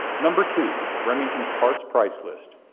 number two remington's parts price list.